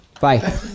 Bye